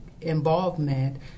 involvement